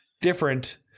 different